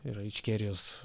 yra ičkerijos